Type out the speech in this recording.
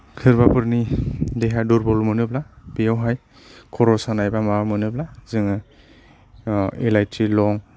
सोरबाफोरनि देहा दुर्बल मोनोब्ला बेयावहाय खर' सानाय बा माबा मोनोब्ला जोङो एलायचि लं